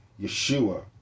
Yeshua